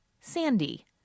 Sandy